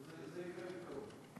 זה יקרה בקרוב.